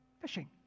fishing